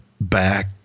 back